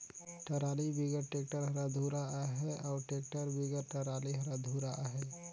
trolley बिगर tractor हर अधुरा अहे अउ टेक्टर बिगर टराली हर अधुरा अहे